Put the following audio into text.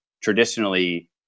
traditionally